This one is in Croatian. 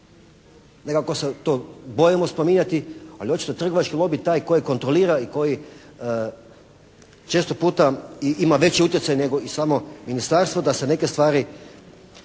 Nekako se to bojimo spominjati ali očito je trgovački lobij taj koji kontrolira i koji često puta i ima veći utjecaj nego i samo ministarstvo da se neke stvari